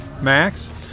Max